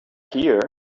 here